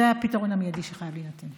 זה הפתרון המיידי שחייב להיות.